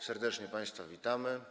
Serdecznie państwa witamy.